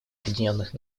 объединенных